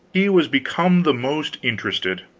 he was become the most interested.